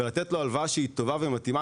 ולתת לו הלוואה שהיא טובה ומתאימה.